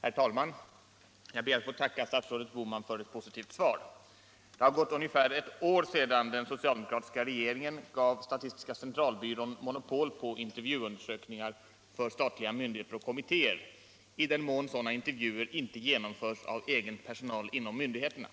Herr talman! Jag ber att få tacka statsrådet Bohman för ett positivt svar. Det har gått ungefär ett år sedan den socialdemokratiska regeringen gav statistiska centralbyrån monopol på intervjuundersökningar för statliga myndigheter och kommittéer, i den mån sådana undersökningar inte genomförs av egen personal inom myndigheterna.